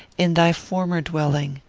in thy former dwelling!